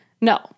no